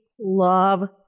love